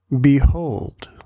Behold